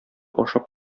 ашап